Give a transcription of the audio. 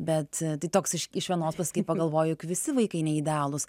bet toksiški iš vienos paskui pagalvoji jog visi vaikai neįgalūs